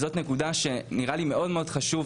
זאת נקודה שחשוב מאוד לשים לב.